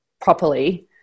properly